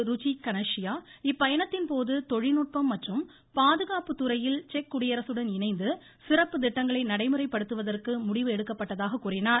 ருஜி கனஷியா இப்பயணத்தின் போது தொழில்நுட்பம் மற்றும் பாதுகாப்புத் துறையில் செக்குடியரசுடன் இணைந்து சிறப்பு திட்டங்களை நடைமுறைப்படுத்துவதற்கு முடிவு எடுக்கப்பட்டதாக கூறினார்